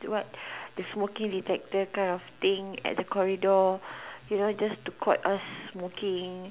what the smoking detector kind of thing at the corridor you know just to caught us smoking